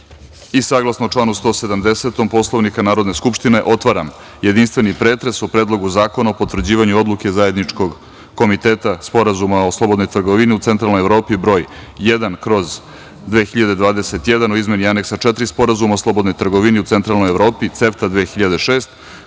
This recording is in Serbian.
poslanika. Saglasno članu 170. Poslovnika Narodne skupštine, otvaram jedinstveni pretres o Predlogu zakona o potvrđivanju Odluke Zajedničkog komiteta Sporazuma o slobodnoj trgovini u Centralnoj Evropi broj 1/2021 o izmeni Aneksa 4 Sporazuma o slobodnoj trgovini u Centralnoj Evropi (CEFTA 2006),